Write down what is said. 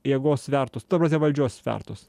jėgos svertus ta prasme valdžios svertus